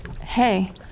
Hey